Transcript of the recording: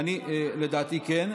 לדעתי כן.